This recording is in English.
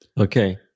Okay